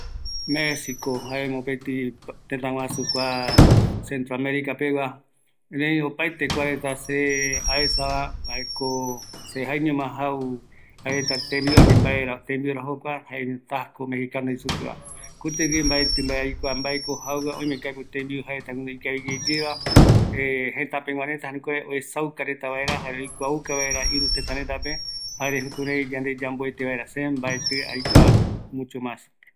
Kua tëtä pegua tembiureta jaenungavi, oïmeko jeta tembiu oyeapo jokope, esa opaetevako ojo kua tëtäpe, jaema oesaukañotai tembiu reta, se jaqeñoma aikua tako jeisupeva